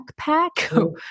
backpack